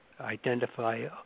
identify